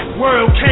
world